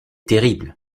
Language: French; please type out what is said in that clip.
terrible